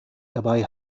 dabei